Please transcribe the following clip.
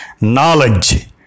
knowledge